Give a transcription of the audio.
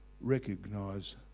recognize